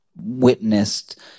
witnessed